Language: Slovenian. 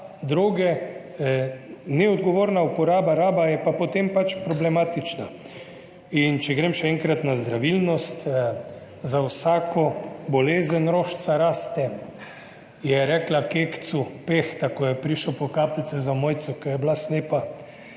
droge, neodgovorna uporaba, raba je pa potem pač problematična. In če grem še enkrat na zdravilnost. Za vsako bolezen rožica raste, je rekla Kekcu Pehta, ko je prišel po kapljice za Mojco, ki je bila slepa,